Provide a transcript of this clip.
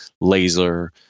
laser